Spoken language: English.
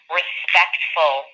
respectful